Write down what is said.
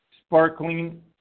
sparkling